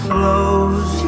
close